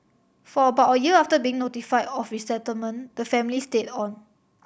for about a year after being notified of resettlement the family stayed on